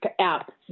app